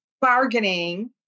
bargaining